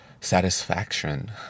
satisfaction